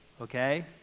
okay